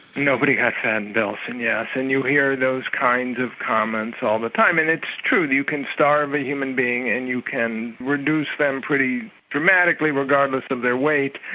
nobody got fat in belsen, yes, and you hear those kinds of comments all the time. and it's true, you can starve a human being and you can reduce them pretty dramatically, regardless of their weight.